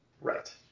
Right